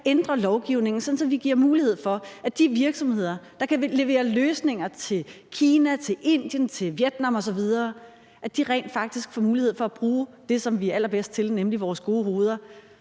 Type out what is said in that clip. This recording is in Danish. ændre lovgivningen, sådan at vi giver mulighed for, at de virksomheder, der kan levere løsninger til Kina, til Indien, til Vietnam osv., rent faktisk får mulighed for bruge det, som vi er allerbedst til, nemlig vores gode hoveder,